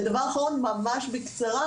ודבר אחרון ממש בקצרה,